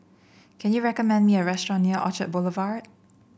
can you recommend me a restaurant near Orchard Boulevard